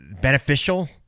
beneficial